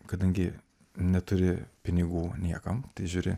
kadangi neturi pinigų niekam težiūri